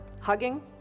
hugging